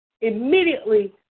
immediately